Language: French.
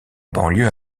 banlieue